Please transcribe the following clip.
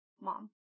mom